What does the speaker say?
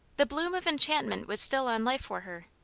the bloom of enchantment was still on life for her,